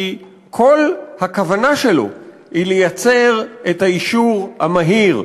כי כל הכוונה שלו היא לייצר את האישור המהיר,